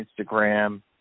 Instagram